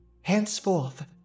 Henceforth